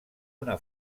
una